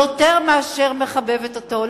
יותר מאשר מחבבת אותו,